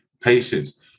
Patience